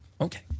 Okay